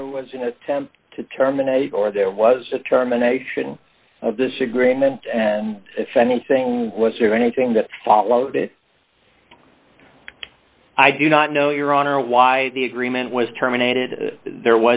there was an attempt to terminate or there was a terminations of this agreement and if anything was there anything that followed it i do not know your honor why the agreement was terminated there